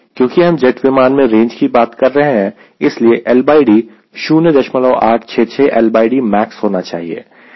क्योंकि हम जेट विमान में रेंज की बात कर रहे हैं इसलिए LD 0866 LDmax होना चाहिए